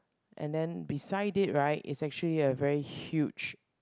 and then beside it right is actually a very huge